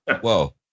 Whoa